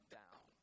down